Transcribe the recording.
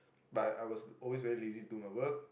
but I was always very lazy to do my work